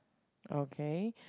okay